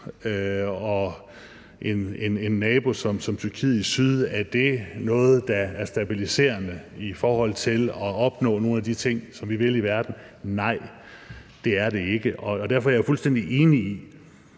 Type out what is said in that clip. og en nabo som Tyrkiet i syd noget, der er stabiliserende i forhold til at opnå nogle af de ting, som vi vil, i verden? Nej, det er det ikke. Derfor er jeg fuldstændig enig i,